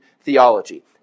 theology